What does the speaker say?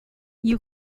you